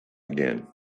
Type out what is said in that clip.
again